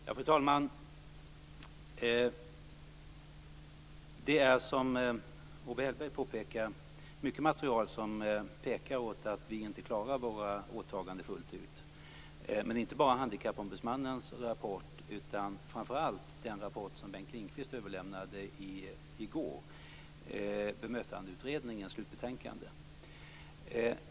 Fru talman! Det är som Owe Hellberg påpekar mycket material som pekar åt att vi inte klarar våra åtaganden fullt ut - inte bara Handikappombudsmannens rapport utan framför allt den rapport som Bengt Lindqvist överlämnade i går, Bemötandeutredningens slutbetänkande.